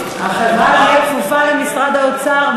אבל החברה תהיה כפופה למשרד האוצר.